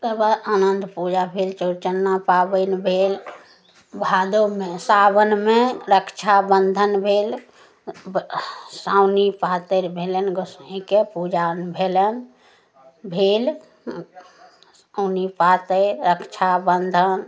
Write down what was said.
आनन्त पूजा भेल चौड़चन्ना पाबनि भेल भादबमे सावनमे रक्षा बन्धन भेल गोसाउनी पातरि भेलनि गोसाईंके पूजा भेलनि भेल पातरि रक्षा बन्धन